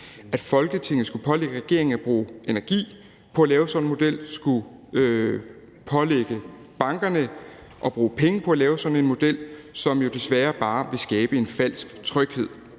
at Folketinget skulle pålægge regeringen at bruge energi på at lave sådan en model og skulle pålægge bankerne at bruge penge på at lave sådan en model, som jo desværre bare vil skabe en falsk tryghed.